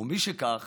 ומשכך